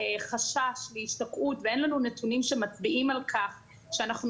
חשש להשתקעות ואין לנו נתונים שמצביעים על כך שאנחנו